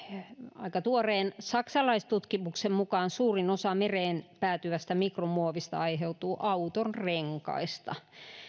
aika tuoreen saksalaistutkimuksen mukaan suurin osa mereen päätyvästä mikromuovista aiheutuu autonrenkaista